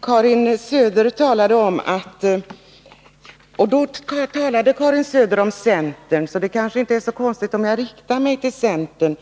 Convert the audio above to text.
Karin Söder talade om centern, och det är därför kanske inte så märkvärdigt om jag riktar mig till centern.